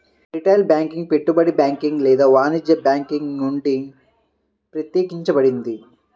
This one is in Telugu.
రిటైల్ బ్యాంకింగ్ పెట్టుబడి బ్యాంకింగ్ లేదా వాణిజ్య బ్యాంకింగ్ నుండి ప్రత్యేకించబడింది